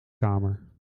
kamer